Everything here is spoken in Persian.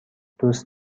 دوست